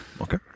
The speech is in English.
Okay